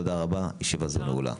תודה רבה, ישיבה זו נעולה.